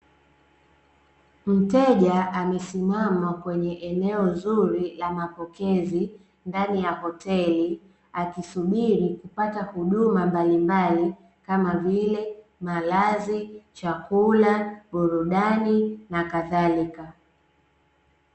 Mteja amesimama kwenye eneo zuri la mapokezi ndani ya hoteli akisubiri kupata huduma mbalimbali kama vile malazi, chakula, burudani na kadhalika .